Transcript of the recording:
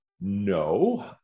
No